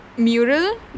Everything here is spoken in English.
mural